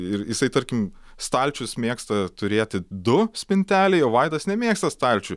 ir jisai tarkim stalčius mėgsta turėti du spintelėj o vaidas nemėgsta stalčių